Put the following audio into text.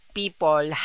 people